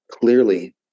Clearly